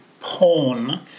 porn